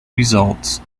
results